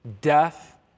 death